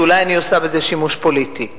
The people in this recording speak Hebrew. שאולי אני עושה בזה שימוש פוליטי.